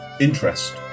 interest